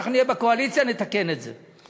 אנחנו נהיה בקואליציה, נתקן את זה.